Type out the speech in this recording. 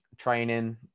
training